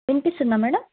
వినిపిస్తుందా మేడం